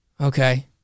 Okay